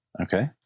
okay